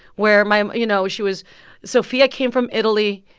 where my you know, she was sophia came from italy.